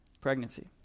pregnancy